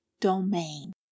domain